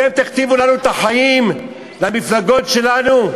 אתם תכתיבו לנו את החיים, למפלגות שלנו?